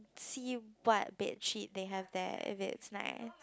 see what bedsheet they have there if it's nice